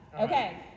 Okay